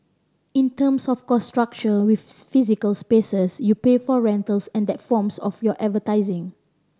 in terms of cost structure with physical spaces you pay for rentals and that forms of your advertising